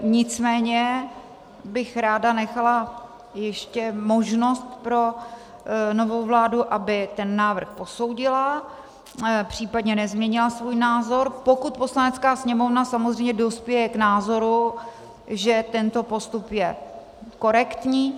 Nicméně bych ráda nechala ještě možnost pro novou vládu, aby ten návrh posoudila, příp. nezměnila svůj názor, pokud Poslanecká sněmovna samozřejmě dospěje k názoru, že tento postup je korektní.